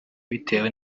bitewe